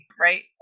right